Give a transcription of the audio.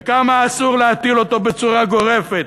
וכמה אסור להטיל אותו בצורה גורפת,